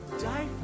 Die